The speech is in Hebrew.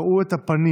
הראו את הפנים